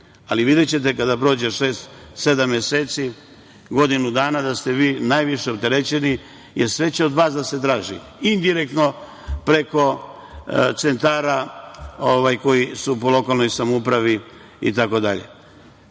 ali videćete kada prođe šest, sedam meseci, godinu dana da ste vi najviše opterećeni, jer sve će od vas da se traži indirektno preko centara koji su po lokalnoj samoupravi itd.